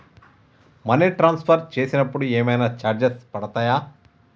Money transfer చేసినప్పుడు ఏమైనా charges పడతయా?